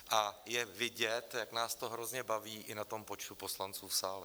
A je vidět, jak nás to hrozně baví, i na tom počtu poslanců v sále.